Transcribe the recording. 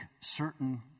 certain